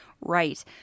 Right